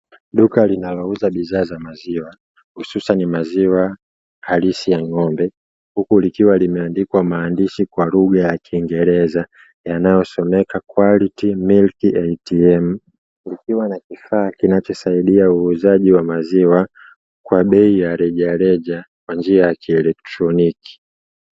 Duka linalouza bidhaa za maziwa hususan maziwa halisi ya ng'ombe, huku likiwa limeandikwa maandishi kwa lugha ya kiingereza yanayosomeka "Quality milk ya ATM" likiwa na kifaa kinachosaidia uuzaji wa maziwa kwa bei ya rejareja kwa njia ya kielektroniki.